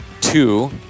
two